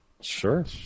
sure